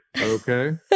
Okay